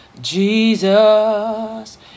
Jesus